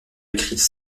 écrites